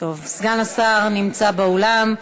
סגן השר נמצא באולם.